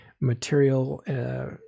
material